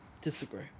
disagree